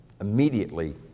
immediately